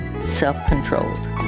self-controlled